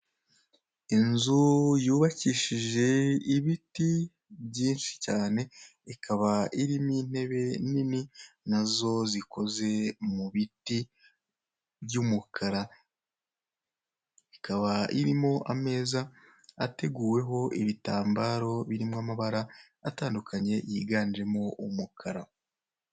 Inzu yubakishije ibiti byinshi cyane ikaba irimo intebe nini, nazo zikoze mu biti by'umukara. Ikaba arimo ameza ateguweho ibitambaro birimo amabara atandukanye yiganjemo umukara.